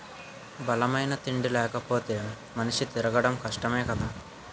బలమైన తిండి లేపోతే మనిషి తిరగడం కష్టమే కదా